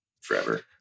forever